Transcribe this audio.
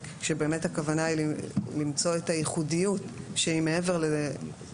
שבאמת הכוונה היא למצוא את הייחודיות שהיא מעבר לתמיכה